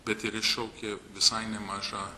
bet ir iššaukė visai nemažą